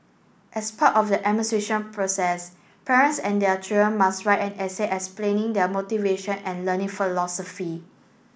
as part of the admission process parents and their children must write an essay explaining their motivation and learning philosophy